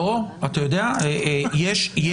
אין.